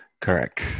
Correct